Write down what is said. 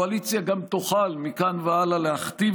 הקואליציה גם תוכל מכאן והלאה להכתיב